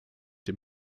dem